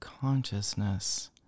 consciousness